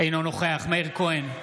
אינו נוכח מאיר כהן,